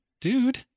dude